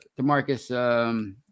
DeMarcus